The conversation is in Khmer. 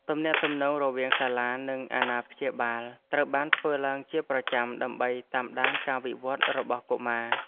ទំនាក់ទំនងរវាងសាលានិងអាណាព្យាបាលត្រូវបានធ្វើឡើងជាប្រចាំដើម្បីតាមដានការវិវត្តរបស់កុមារ។